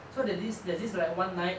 so there's this there's this like one night